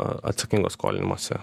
atsakingo skolinimosi